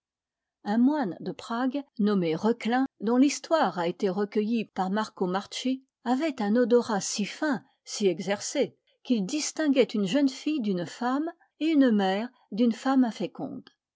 un moine de prague nommé reuchlin dont l'histoire a été recueillie par marcomarci avait un odorat si fin si exercé qu'il distinguait une jeune fille d'une femme et une mère d'une femme inféconde